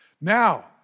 Now